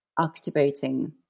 activating